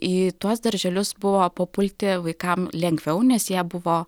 į tuos darželius buvo papulti vaikams lengviau nes jie buvo